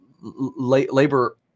labor